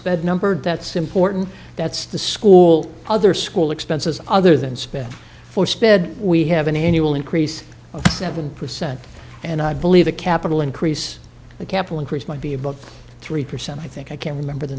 head numbered that's important that's the school other school expenses other than spending for sped we have an annual increase of seven percent and i believe the capital increase the capital increase might be a book three percent i think i can remember the